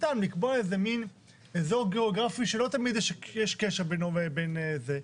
סתם לקבוע איזה איזור גיאוגרפי שלא תמיד יש קשר בינו ובין זה.